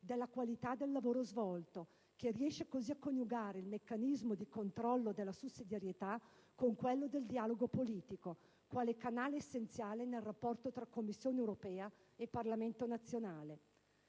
della qualità del lavoro svolto, che riesce così a coniugare il meccanismo di controllo della sussidiarietà con quello del dialogo politico quale canale essenziale nel rapporto tra Commissione europea e Parlamento nazionale.